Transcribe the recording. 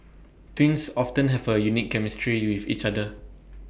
twins often have A unique chemistry with each other